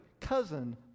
cousin